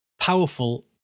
powerful